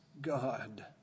God